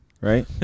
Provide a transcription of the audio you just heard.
Right